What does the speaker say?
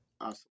Awesome